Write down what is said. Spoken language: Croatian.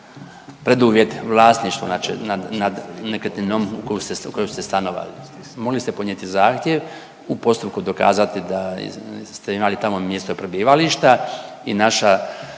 preduvjet vlasništvo znači nad nekretninom u koju, u kojoj ste stanovali. Mogli ste podnijeti zahtjev, u postupku dokazati da ste imati tamo mjesto prebivališta i naša